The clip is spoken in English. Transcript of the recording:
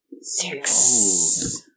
Six